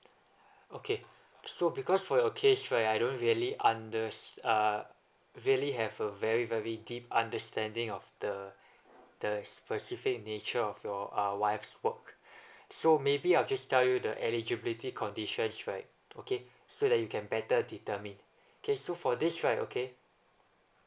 okay so because for your case right I don't really understand uh really have a very very deep understanding of the the specific nature of your uh wife's work so maybe I'll just tell you the eligibility conditions right okay so that you can better determine okay so for this right okay